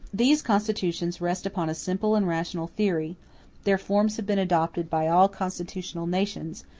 these constitutions rest upon a simple and rational theory their forms have been adopted by all constitutional nations,